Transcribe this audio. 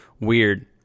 weird